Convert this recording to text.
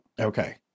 Okay